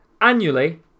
Annually